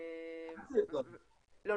--- לא,